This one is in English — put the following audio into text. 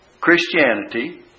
Christianity